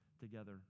together